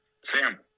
Sam